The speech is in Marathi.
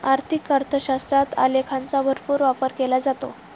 आर्थिक अर्थशास्त्रात आलेखांचा भरपूर वापर केला जातो